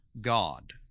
God